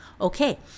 Okay